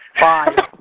Five